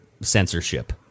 censorship